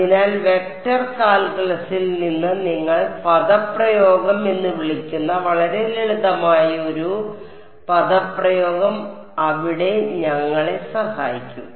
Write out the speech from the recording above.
അതിനാൽ വെക്റ്റർ കാൽക്കുലസിൽ നിന്ന് നിങ്ങൾ പദപ്രയോഗം എന്ന് വിളിക്കുന്ന വളരെ ലളിതമായ ഒരു പദപ്രയോഗം അവിടെ ഞങ്ങളെ സഹായിക്കും